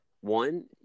one